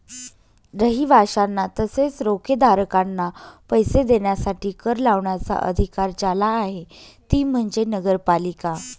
रहिवाशांना तसेच रोखेधारकांना पैसे देण्यासाठी कर लावण्याचा अधिकार ज्याला आहे ती म्हणजे नगरपालिका